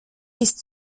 ist